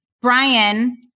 Brian